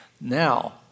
Now